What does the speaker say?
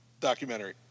Documentary